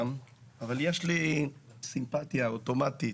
אבל יש לי סימפטיה אוטומטית,